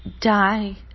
die